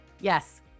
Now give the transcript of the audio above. Yes